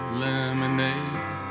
lemonade